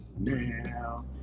now